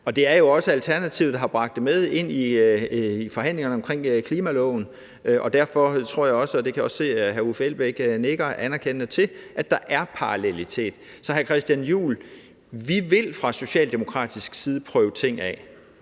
Det er jo også Alternativet, der har bragt det med ind i forhandlingerne om klimaloven, og derfor tror jeg også – jeg kan også se, at hr. Uffe Elbæk nikker anerkendende til det – at der er parallelitet. Så vi vil fra socialdemokratisk side prøve ting af,